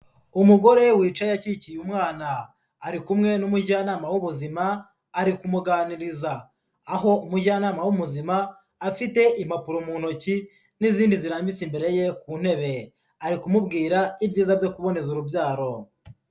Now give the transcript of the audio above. Umugore wicaye akikiye umwana, ari kumwe n'umujyanama w'ubuzima, ari kumuganiriza, aho umujyanama w'ubuzima afite impapuro mu ntoki n'izindi zirambitse imbere ye ku ntebe, ari kumubwira ibyiza byo kuboneza urubyaro.